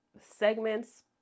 segments